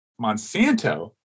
Monsanto